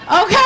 Okay